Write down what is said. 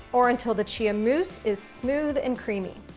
or until the chia mousse is smooth and creamy.